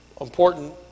important